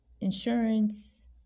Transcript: insurance